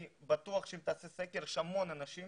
אני בטוח שאם תעשה סקר, יש המון אנשים